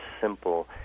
simple